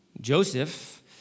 Joseph